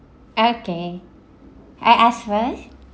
okay I ask first